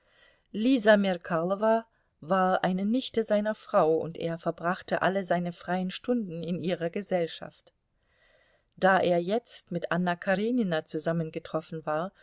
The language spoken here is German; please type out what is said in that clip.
lisa merkalowa war eine nichte seiner frau und er verbrachte alle seine freien stunden in ihrer gesellschaft da er jetzt mit anna karenina zusammengetroffen war